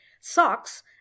socks